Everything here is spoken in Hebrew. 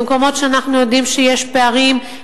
במקומות שאנחנו יודעים שיש פערים,